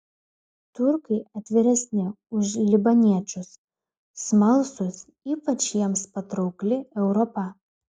turkai atviresni už libaniečius smalsūs ypač jiems patraukli europa